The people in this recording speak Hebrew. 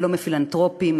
ולא מפילנתרופים,